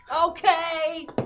Okay